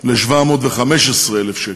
ל-715,000 שקל,